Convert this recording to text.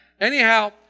Anyhow